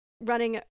running